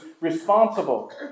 responsible